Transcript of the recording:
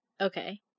Okay